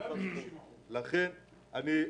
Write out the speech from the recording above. שאן.